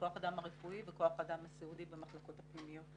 כוח אדם רפואי וכוח אדם סיעודי במחלקות הפנימיות.